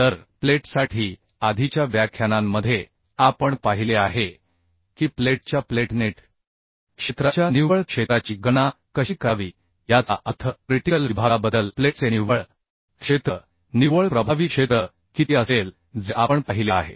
तर प्लेटसाठी आधीच्या व्याख्यानांमध्ये आपण पाहिले आहे की प्लेटच्या प्लेट नेट क्षेत्राच्या निव्वळ क्षेत्राची गणना कशी करावी याचा अर्थ क्रिटिकल विभागाबद्दल प्लेटचे निव्वळ क्षेत्र निव्वळ प्रभावी क्षेत्र किती असेल जे आपण पाहिले आहे